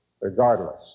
regardless